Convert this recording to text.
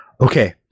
Okay